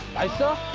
i saw